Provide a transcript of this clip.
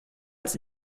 als